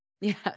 Yes